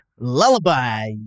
Lullaby